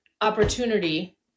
opportunity